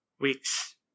weeks